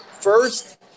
first